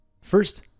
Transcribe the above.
First